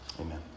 Amen